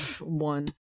One